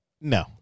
No